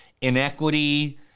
inequity